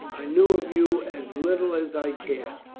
i knew of you as little as i care.